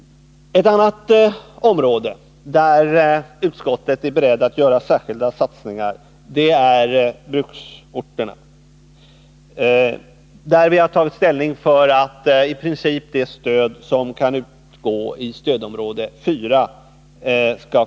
Ett annat område där utskottet är berett att förorda särskilda satsningar är bruksorterna. Vi har här tagit ställning för ett stöd motsvarande i princip det stöd som kan utgå i stödområde 4.